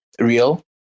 real